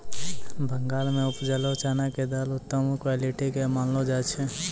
बंगाल मॅ उपजलो चना के दाल उत्तम क्वालिटी के मानलो जाय छै